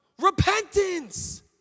Repentance